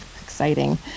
exciting